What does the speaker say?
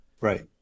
right